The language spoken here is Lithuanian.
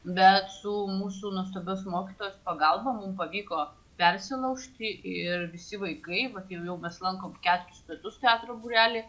bet su mūsų nuostabios mokytojos pagalba mum pavyko persilaužti ir visi vaikai vat jau mes lankom keturis metus teatro būrelį